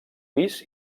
pis